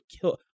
kill